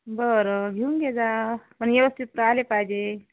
बरं घेऊन घेजा पण व्यवस्थित आले पाहिजे